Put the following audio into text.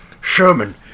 Sherman